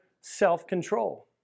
self-control